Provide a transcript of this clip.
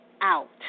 out